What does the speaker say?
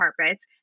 carpets